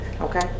okay